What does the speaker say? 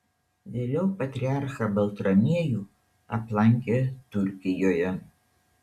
vėliau patriarchą baltramiejų aplankė turkijoje